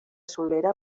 solera